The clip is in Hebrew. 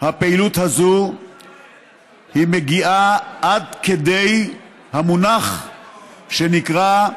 הפעילות הזו היא מגיעה עד כדי המונח שנקרא: